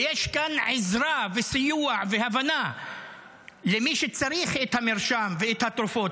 ויש כאן עזרה וסיוע והבנה למי שצריך את המרשם ואת התרופות,